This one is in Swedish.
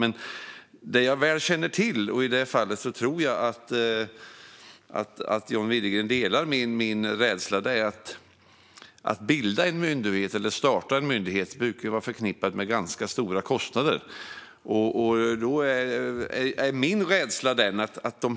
Jag känner dock väl till att det brukar vara förknippat med ganska stora kostnader att starta en myndighet. Jag tror att John Widegren delar den rädslan.